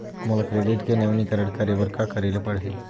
मोला क्रेडिट के नवीनीकरण करे बर का करे ले पड़ही?